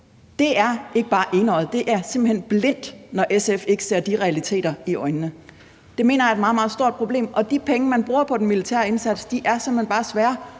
det er ikke bare enøjet, men det er simpelt hen blindt, når SF ikke ser de realiteter i øjnene. Jeg mener, det er et meget, meget stort problem, og de penge, som man bruger på den militære indsats, er simpelt hen bare svære